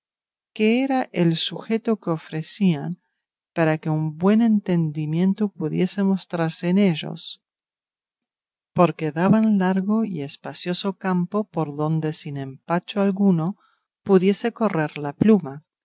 que era el sujeto que ofrecían para que un buen entendimiento pudiese mostrarse en ellos porque daban largo y espacioso campo por donde sin empacho alguno pudiese correr la pluma